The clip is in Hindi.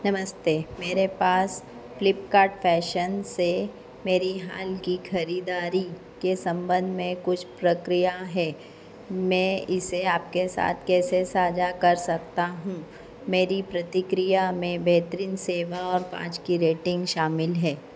नमस्ते मेरे पास फ्लिपकार्ट फ़ैशन से मेरी हाल की खरीदारी के सम्बन्ध में कुछ प्रतिक्रिया है मैं इसे आपके साथ कैसे साझा कर सकता हूँ मेरी प्रतिक्रिया में बेहतरीन सेवा और पाँच की रेटिन्ग शामिल है